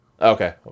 Okay